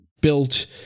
built